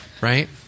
right